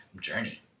journey